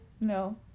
No